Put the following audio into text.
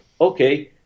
okay